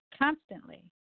Constantly